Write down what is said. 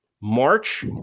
March